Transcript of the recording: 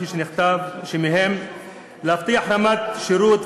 כפי שנכתב: להבטיח רמת שירות,